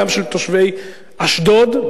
גם של תושבי אשדוד,